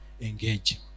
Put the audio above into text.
engage